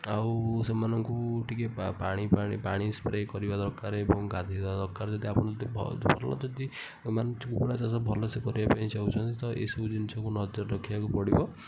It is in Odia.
ଆଉ ସେମାନଙ୍କୁ ଟିକେ ପାଣି ସ୍ପ୍ରେ କରିବା ଦରକାର ଏବଂ ଗାଧୋଇଦେବା ଦରକାର ଯଦି ଆପଣ ଭଲ ଯଦି ମାନେ କୁକୁଡ଼ା ଚାଷ ଭଲସେ କରିବା ପାଇଁ ଚାହୁଁଛନ୍ତି ଏସବୁ ଜିନିଷକୁ ନଜର ରଖିବାକୁ ପଡ଼ିବ